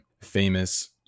famous